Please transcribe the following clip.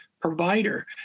provider